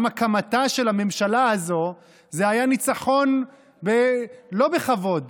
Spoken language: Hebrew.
גם הקמתה של הממשלה הזו הייתה ניצחון לא בכבוד,